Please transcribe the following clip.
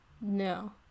No